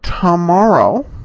tomorrow